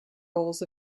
rolls